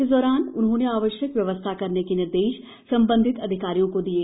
इस दौरान उन्होंने वश्यक व्यवस्था करने के निर्देश संबंधित अधिकारियों को दिये